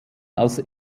als